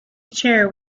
chair